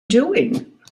doing